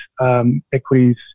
equities